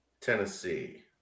Tennessee